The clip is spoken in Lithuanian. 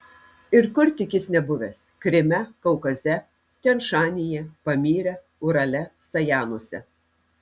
ir kur tik jis nebuvęs kryme kaukaze tian šanyje pamyre urale sajanuose